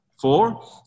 four